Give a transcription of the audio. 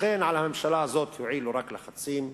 לכן על הממשלה הזאת יועילו רק לחצים.